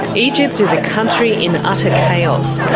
egypt is a country in utter chaos.